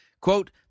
Quote